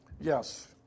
Yes